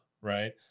Right